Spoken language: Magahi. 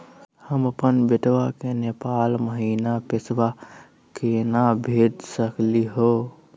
हम अपन बेटवा के नेपाल महिना पैसवा केना भेज सकली हे?